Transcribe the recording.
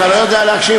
אתה לא יודע להקשיב.